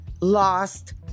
lost